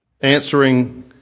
answering